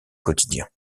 quotidien